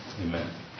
Amen